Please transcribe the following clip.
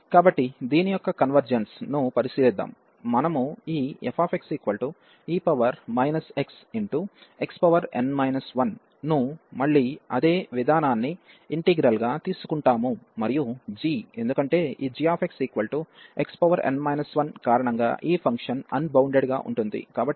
కాబట్టి దీని యొక్క కన్వెర్జెన్స్ ను పరిశీలిద్దాం మనము ఈ fxe xxn 1 ను మళ్ళీ అదే విధానాన్ని ఇంటిగ్రల్ గా తీసుకుంటాము మరియు g ఎందుకంటే ఈ gxxn 1 కారణంగా ఈ ఫంక్షన్ అన్బౌండెడ్ గా ఉంటుంది